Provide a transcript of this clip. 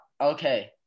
Okay